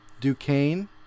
Duquesne